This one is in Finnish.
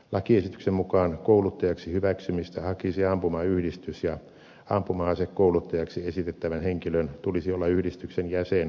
lakiesityksen mu kaan kouluttajaksi hyväksymistä hakisi ampumayhdistys ja ampuma asekouluttajaksi esitettävän henkilön tulisi olla yhdistyksen jäsen tai sen palveluksessa